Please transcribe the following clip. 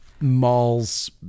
mall's